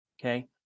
Okay